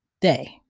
day